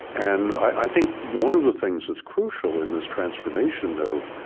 and i think one of the things that's crucial in this transformation, though,